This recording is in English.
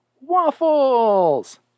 Waffles